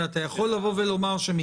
אתה יכול לומר שמכיוון